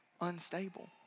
Unstable